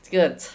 这个